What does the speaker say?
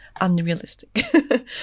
unrealistic